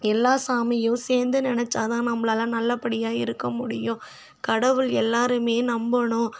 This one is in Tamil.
எல்லா சாமியும் சேர்ந்து நினைச்சா தான் நம்மளால நல்லபடியாக இருக்க முடியும் கடவுள் எல்லோருமே நம்பணும்